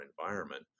environment